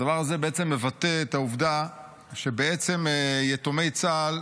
הדבר הזה מבטא את העובדה שבעצם יתומי צה"ל,